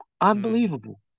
Unbelievable